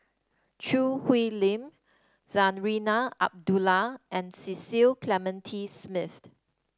Choo Hwee Lim Zarinah Abdullah and Cecil Clementi Smith